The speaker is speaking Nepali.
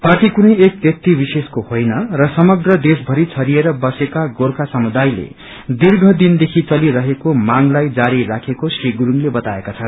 पार्टी कुनै एक ब्यक्ति विशेषको होइन र समग्र देशमरि छरिएर बसेका गोर्खा समुदायले जीर्घदिन देखि चलिरहेको मांगलाई जारी राखेको श्री गुरूङले बताएका छन्